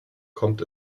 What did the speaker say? kommt